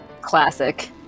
Classic